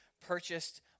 purchased